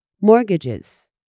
mortgages